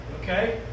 Okay